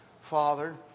father